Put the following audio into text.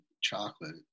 chocolate